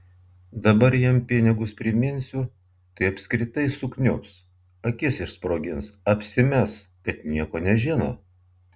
dabar jam pinigus priminsiu tai apskritai sukniubs akis išsprogins apsimes kad nieko nežino